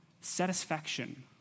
satisfaction